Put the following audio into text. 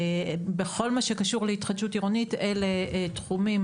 בכל מה שקשור להתחדשות עירונית אלה תחומים